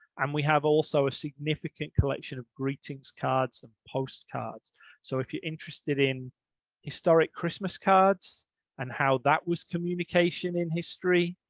and we have also a significant collection of greetings cards and postcards so, if you're interested in historic christmas cards and how that was communication in history,